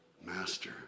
Master